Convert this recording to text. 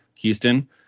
Houston